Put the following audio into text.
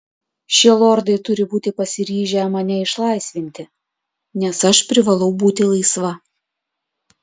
šie lordai turi būti pasiryžę mane išlaisvinti nes aš privalau būti laisva